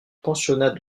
pensionnat